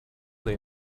they